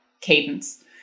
cadence